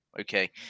okay